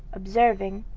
observing,